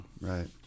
Right